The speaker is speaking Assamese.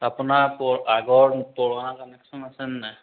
আপোনাৰ আগৰ পুৰণা কানেকশ্যন আছেনে নাই